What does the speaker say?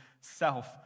self-